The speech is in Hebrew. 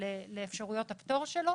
לאפשרויות הפטור שלו.